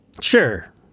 Sure